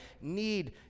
need